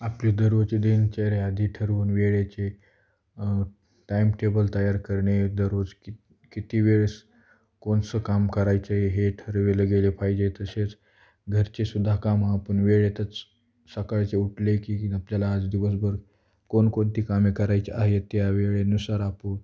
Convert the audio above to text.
आपले दररोजची दिनचर्या आधी ठरवून वेळेचे टाईम टेबल तयार करणे दररोज कि किती वेळेस कोणचं काम करायचं आहे हे ठरवेले गेले पाहिजे तसेच घरचेसुद्धा काम आपण वेळेतच सकाळचे उठले की की आपल्याला आज दिवसभर कोणकोणती कामे करायची आहे त्या वेळेनुसार आपण